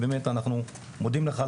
ובטח אבי גם יחזק אותי,